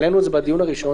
העלינו את זה בדיון הראשון,